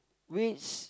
which